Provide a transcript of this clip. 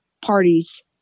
parties